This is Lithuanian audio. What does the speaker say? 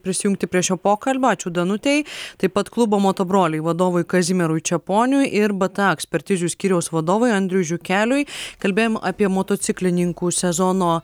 prisijungti prie šio pokalbio ačiū danutei taip pat klubo moto broliai vadovui kazimierui čeponiui ir bta ekspertizių skyriaus vadovui andriui žiukeliui kalbėjom apie motociklininkų sezono